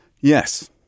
Yes